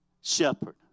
shepherd